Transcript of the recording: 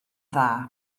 dda